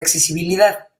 accesibilidad